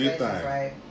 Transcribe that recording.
right